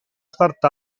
start